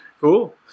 Cool